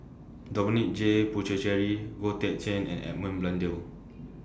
Dominic J Puthucheary Goh Teck Sian and Edmund Blundell